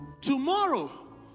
tomorrow